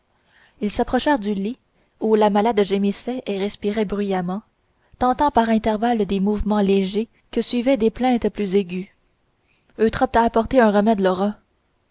ils s'approchèrent du lit où la malade gémissait et respirait bruyamment tentant par intervalles des mouvements légers que suivaient des plaintes plus aiguës eutrope t'a apporté un remède laura